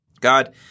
God